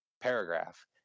paragraph